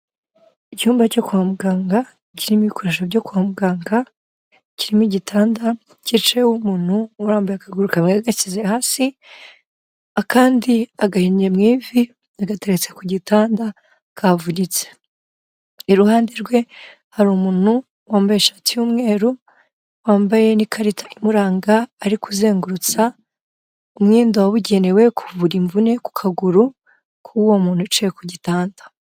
Icyumba cyo kwa muganga kirimo ibikoresho byo kwa muganga, kirimo igitanda cyicayeho umuntu urambuye akaguru akaba yagashyize hasi, akandi agahinnye mu ivi agateretse ku gitanda kavunitse, iruhande rwe hari umuntu wambaye ishati y'umweru wambaye n'ikarita imuranga, ari kuzengurutsa umwenda wabugenewe kuvura imvune ku kaguru k'uwo muntu wicaye ku gitanda.